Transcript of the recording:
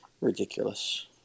Ridiculous